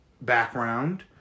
background